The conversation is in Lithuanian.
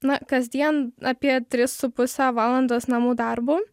na kasdien apie tris su puse valandos namų darbų